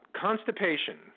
Constipation